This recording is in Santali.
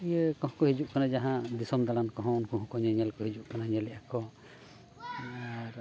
ᱤᱭᱟᱹ ᱠᱚᱦᱚᱸ ᱦᱤᱡᱩᱜ ᱠᱟᱱᱟ ᱡᱟᱦᱟᱸ ᱫᱤᱥᱚᱢ ᱫᱟᱬᱟᱱ ᱠᱚᱦᱚᱸ ᱩᱱᱠᱩ ᱦᱚᱸᱠᱚ ᱧᱮᱧᱮᱞ ᱠᱚ ᱦᱤᱡᱩᱜ ᱠᱟᱱᱟ ᱧᱮᱞᱮᱭᱟᱜ ᱟᱠᱚ ᱟᱨᱻ